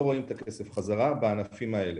לא רואים את הכסף בחזרה בענפים אלו.